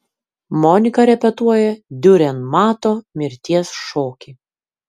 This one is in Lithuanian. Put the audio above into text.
monika repetuoja diurenmato mirties šokį